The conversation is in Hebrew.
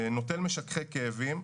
נוטל משככי כאבים.